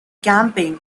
camping